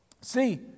See